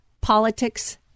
politics